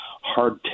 hard